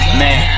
man